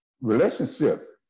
relationship